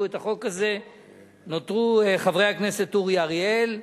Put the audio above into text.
את החוק הזה חברי הכנסת אורי אריאל,